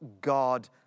God